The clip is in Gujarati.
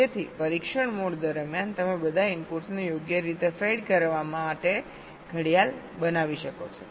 તેથી પરીક્ષણ મોડ દરમિયાન તમે બધા ઇનપુટ્સને યોગ્ય રીતે ફેડ કરવા માટે ઘડિયાળ બનાવી શકો છો